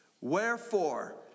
wherefore